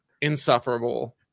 insufferable